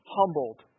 humbled